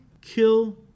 kill